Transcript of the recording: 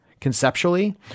Conceptually